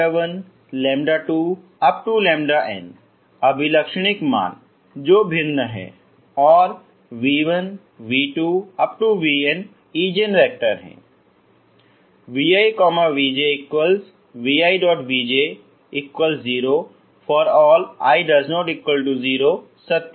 12n अभिलक्षणिक मान जो भिन्न हैं और v1v2vn ईजेन वैक्टर हैं तो vivj vivj0 ∀ i≠j सत्य है